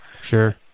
Sure